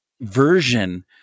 version